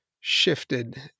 shifted